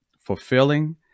fulfilling